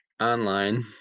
online